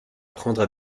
prendre